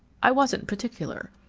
i wasn't particular.